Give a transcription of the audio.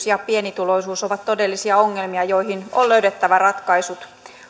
ja pienituloisuus ovat todellisia ongelmia joihin on löydettävä ratkaisut